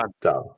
Done